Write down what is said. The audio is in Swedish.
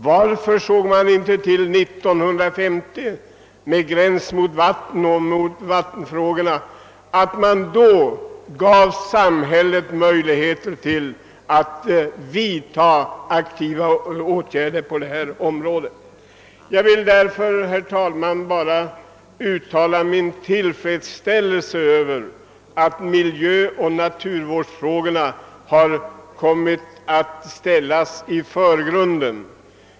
Varför ville man inte 1950, då frågan om gräns mot vatten och vattenfrågorna i övrigt var aktuella, ge samhället möjligheter att vidta åtgärder på detta område? Jag vill emellertid nu bara uttala min tillfredsställelse över att miljöoch naturvårdsfrågorna ställs i förgrunden.